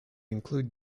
include